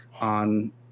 on